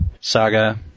saga